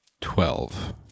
Twelve